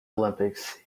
olympics